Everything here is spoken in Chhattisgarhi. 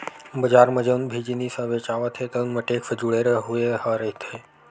बजार म जउन भी जिनिस ह बेचावत हे तउन म टेक्स जुड़े हुए रहिथे